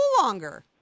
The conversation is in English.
longer